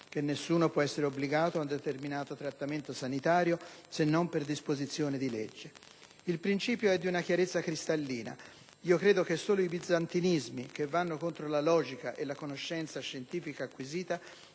32: «Nessuno può essere obbligato a un determinato trattamento sanitario se non per disposizione di legge». Il principio è di una chiarezza cristallina: io credo che solo i bizantinismi, che vanno contro la logica e la conoscenza scientifica acquisita,